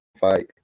fight